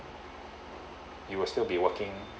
you will still be working